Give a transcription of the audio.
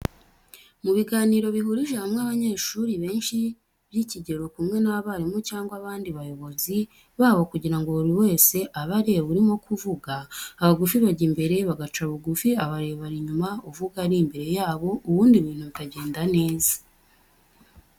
Mu biganiro bihurije hamwe abanyeshuri benshi by'ikigero kumwe n'abarimu cyangwa abandi bayobozi babo kugira ngo buri wese abe areba urimo kuvuga, abagufi bajya imbere bagaca bugufi, abarebare inyuma, uvuga ari imbere yabo, ubundi ibintu bikagenda neza.